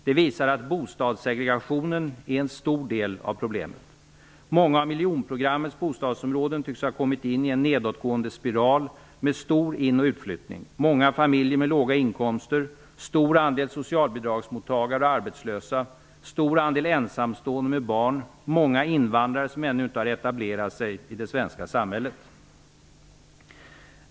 Det visar att bostadssegregationen är en stor del av problemet. Många av miljonprogrammets bostadsområden tycks ha kommit in i en nedåtgående spiral med stor in och utflyttning, många familjer med låga inkomster, stor andel socialbidragstagare och arbetslösa, stor andel ensamstående med barn och många invandrare som ännu inte har etablerat sig i det svenska samhället.